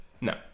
No